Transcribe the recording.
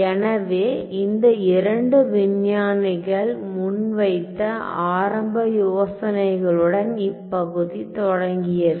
எனவே இந்த இரண்டு விஞ்ஞானிகள் முன்வைத்த ஆரம்ப யோசனைகளுடன் இப்பகுதி தொடங்கியது